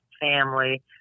family